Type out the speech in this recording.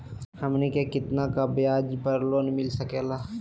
हमनी के कितना का ब्याज पर लोन मिलता सकेला?